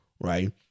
right